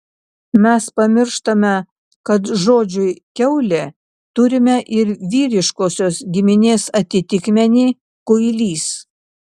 mes pamirštame kad žodžiui kiaulė turime ir vyriškosios giminės atitikmenį kuilys